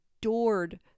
adored